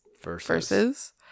versus